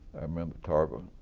remember tarver